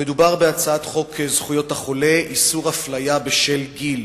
המדובר בהצעת חוק זכויות החולה (איסור הפליה בשל גיל).